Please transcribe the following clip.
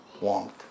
want